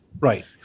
Right